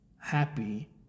happy